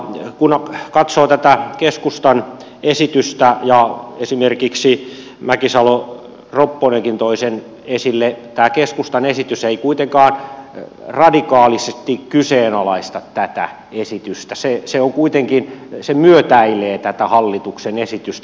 kun katsoo tätä keskustan esitystä ja esimerkiksi mäkisalo ropponenkin toi sen esille niin tämä keskustan esitys ei kuitenkaan radikaalisesti kyseenalaista tätä esitystä se myötäilee tätä hallituksen esitystä